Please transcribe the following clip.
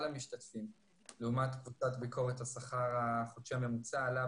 המשתתפים לעומת קבוצת ביקורת השכר החודשי הממוצע עלה